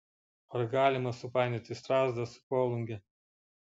ar galima supainioti strazdą su volunge